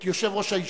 את יושב-ראש הישיבה,